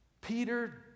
Peter